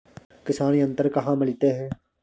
किसान यंत्र कहाँ मिलते हैं?